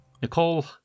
Nicole